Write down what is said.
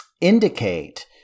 indicate